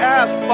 ask